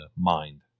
mind